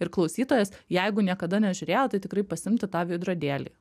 ir klausytojas jeigu niekada nežiūrėjo tai tikrai pasiimti tą veidrodėlį